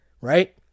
right